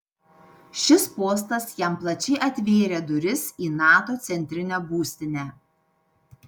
šis postas jam plačiai atvėrė duris į nato centrinę būstinę